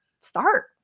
start